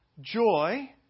joy